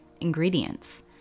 ingredients